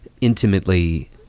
intimately